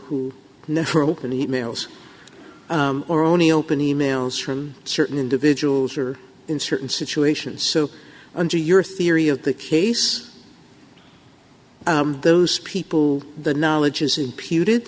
who never open emails or only open emails from certain individuals or in certain situations so under your theory of the case those people the knowledge is i